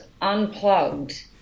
Unplugged